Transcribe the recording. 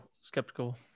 skeptical